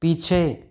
पीछे